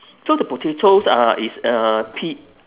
so the potatoes are is uh P